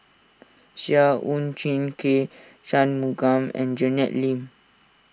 Seah Chin K Shanmugam and Janet Lim